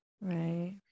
Right